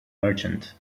merchant